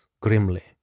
grimly